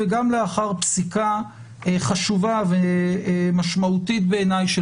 וגם לאחר פסיקה חשובה ומשמעותית בעיניי של